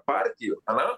partijų ane